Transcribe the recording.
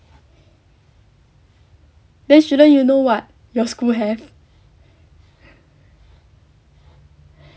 then shouldn't you know what your school have